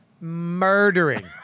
murdering